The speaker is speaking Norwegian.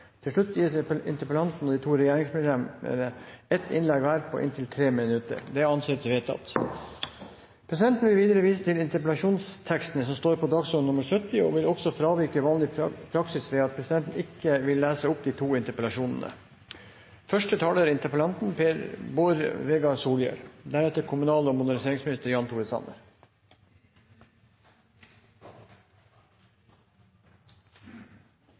Til slutt gis interpellanten og de to regjeringsmedlemmene ett innlegg hver på inntil 3 minutter. – Dette anses vedtatt. Presidenten vil videre vise til interpellasjonstekstene som står på dagsorden nr. 70, og vil også fravike vanlig praksis ved at presidenten ikke vil lese opp de to interpellasjonene.